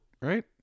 Right